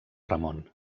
ramon